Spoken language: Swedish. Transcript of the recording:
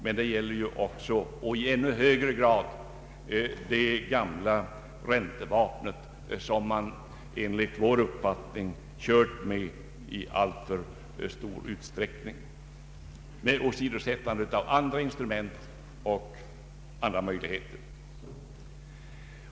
Men detta gäller ju också, och i ännu högre grad, det gamla räntevapnet, som man enligt vår uppfattning kört med i alltför stor utsträckning med åsidosättande av andra instrument och möjligheter.